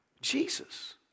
Jesus